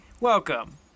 Welcome